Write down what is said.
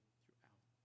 throughout